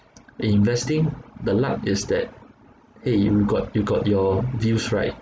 investing the luck is that eh you got you got your views right